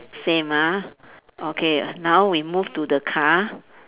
same ah okay now we move to the car